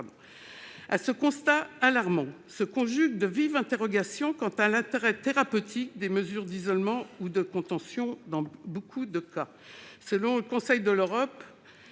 À ce constat alarmant s'ajoutent de vives interrogations quant à l'intérêt thérapeutique des mesures d'isolement ou de contention. Selon le Conseil de l'Europe,